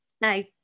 Nice